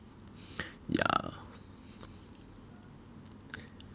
yeah